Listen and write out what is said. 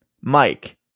Mike